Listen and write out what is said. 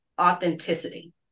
authenticity